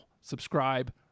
subscribe